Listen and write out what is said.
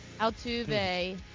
Altuve